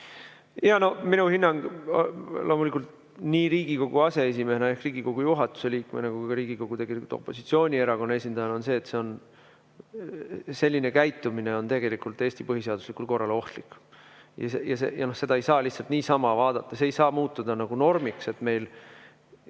Minu hinnang loomulikult nii Riigikogu aseesimehena ehk Riigikogu juhatuse liikmena kui ka Riigikogu opositsioonierakonna esindajana on see, et selline käitumine on tegelikult Eesti põhiseaduslikule korrale ohtlik. Ja seda ei saa lihtsalt niisama vaadata, see ei saa muutuda normiks, et valitsus